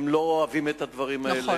הם לא אוהבים את הדברים האלה.